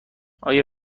آیا